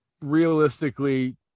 realistically